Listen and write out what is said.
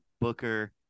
Booker